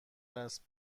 است